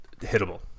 hittable